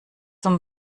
zum